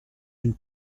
une